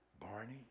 Barney